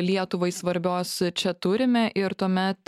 lietuvai svarbios čia turime ir tuomet